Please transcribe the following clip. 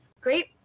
great